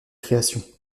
création